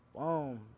Boom